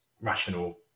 rational